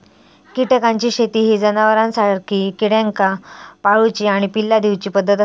कीटकांची शेती ही जनावरांसारखी किड्यांका पाळूची आणि पिल्ला दिवची पद्धत आसा